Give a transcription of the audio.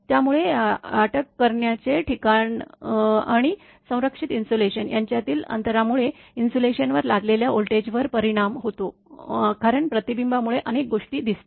त्यामुळे अटक करण्याचे ठिकाण आणि संरक्षित इन्सुलेशन यांच्यातील अंतरामुळे इन्सुलेशनवर लादलेल्या व्होल्टेजवर परिणाम होतो कारण प्रतिबिंबांमुळे अनेक गोष्टी दिसतात